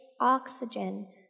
oxygen